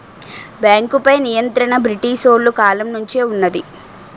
బేంకుపై నియంత్రణ బ్రిటీసోలు కాలం నుంచే వున్నది